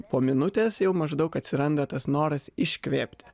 po minutės jau maždaug atsiranda tas noras iškvėpti